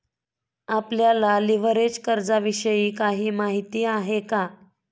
आपल्याला लिव्हरेज कर्जाविषयी काही माहिती आहे का?